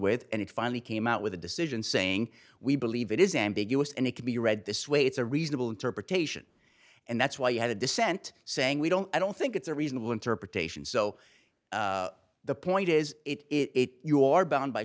with and it finally came out with a decision saying we believe it is ambiguous and it could be read this way it's a reasonable interpretation and that's why you have a dissent saying we don't i don't think it's a reasonable interpretation so the point is it you are bound by